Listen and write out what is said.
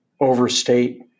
overstate